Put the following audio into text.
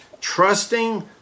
trusting